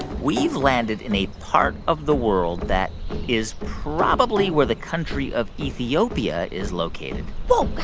we've landed in a part of the world that is probably where the country of ethiopia is located whoa, guy